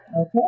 Okay